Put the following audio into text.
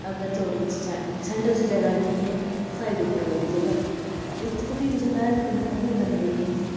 अगर थोह्ड़ी सैंट सैंटर च जगह् नी ऐ साइड उप्पर ऐ थोह्ड़ी जगह् ते उत्थें ते फ्ही तुसें पैह्र करनी गै करनी पौंदी